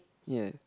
ya